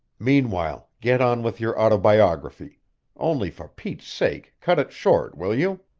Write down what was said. meanwhile, get on with your autobiography only for pete's sake, cut it short, will you?